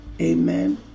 amen